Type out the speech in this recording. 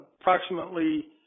approximately